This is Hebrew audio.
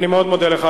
אני מאוד מודה לך.